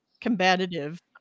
combative